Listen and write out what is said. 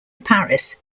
paris